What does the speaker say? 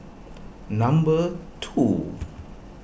number two